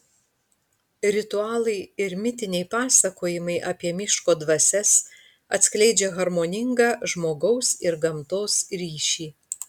ritualai ir mitiniai pasakojimai apie miško dvasias atskleidžia harmoningą žmogaus ir gamtos ryšį